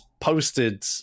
posted